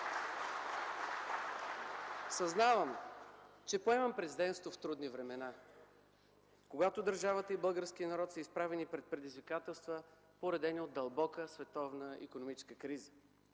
Съзнавам, че поемам Президентството в трудни времена, когато държавата и българският народ са изправени пред предизвикателства, породени от дълбока световна икономическа криза.